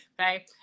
okay